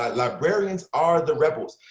ah librarians are the rebels.